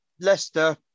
Leicester